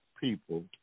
people